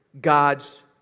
God's